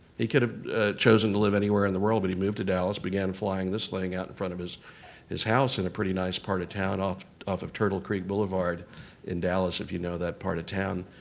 he could've chosen to live anywhere in the world, but he moved to dallas, began flying this, laying out in front of his his house in a pretty nice part of town off of of turtle creek boulevard in dallas, if you know that part of town.